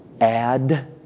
add